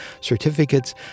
certificates